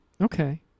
Okay